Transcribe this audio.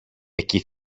εκεί